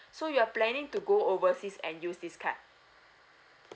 so you're planning to go overseas and use this card